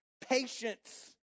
patience